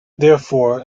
therefore